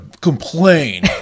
complain